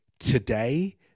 today